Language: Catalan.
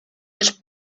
els